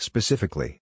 Specifically